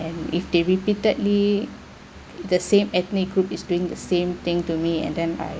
and if they repeatedly the same ethnic group is doing the same thing to me and then I